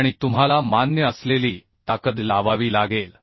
आणि तुम्हाला मान्य असलेली ताकद लावावी लागेल